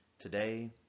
today